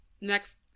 next